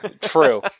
True